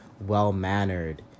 well-mannered